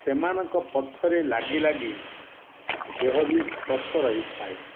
ସେମାନଙ୍କ ପଛରେ ଲାଗିଲାଗି ଦେହ ବି ସ୍ୱସ୍ଥ ରହିଥାଏ